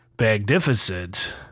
Magnificent